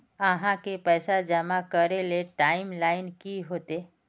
आहाँ के पैसा जमा करे ले टाइम लाइन की होते?